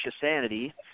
Sanity